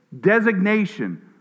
designation